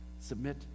Submit